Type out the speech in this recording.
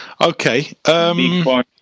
Okay